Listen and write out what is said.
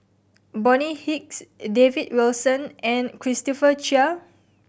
Bonny Hicks David Wilson and Christopher Chia